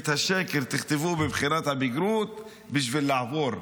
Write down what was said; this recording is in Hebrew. ואת השקר קחו לבחינת הבגרות בשביל לעבור.